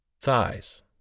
thighs